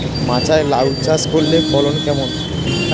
মাচায় লাউ চাষ করলে ফলন কেমন?